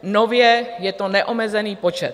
Nově je to neomezený počet.